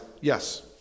yes